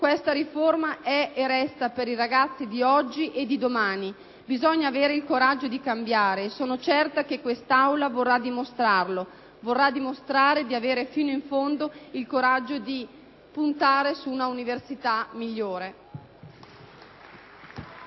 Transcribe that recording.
Questa riforma è, e resta, per i ragazzi di oggi e di domani. Bisogna avere il coraggio di cambiare, e sono certa che questa Assemblea vorrà dimostrarlo: vorrà dimostrare di avere fino in fondo il coraggio di puntare su una università